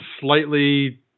slightly